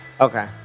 Okay